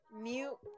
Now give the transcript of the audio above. mute